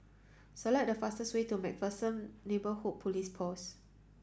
select the fastest way to MacPherson Neighbourhood Police Post